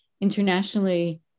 internationally